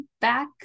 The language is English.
back